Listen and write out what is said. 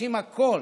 עושים הכול